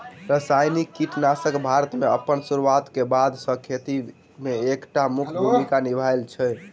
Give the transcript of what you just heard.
रासायनिक कीटनासकसब भारत मे अप्पन सुरुआत क बाद सँ खेती मे एक टा मुख्य भूमिका निभायल अछि